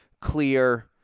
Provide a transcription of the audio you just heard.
clear